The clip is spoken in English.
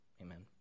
Amen